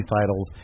titles